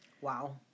Wow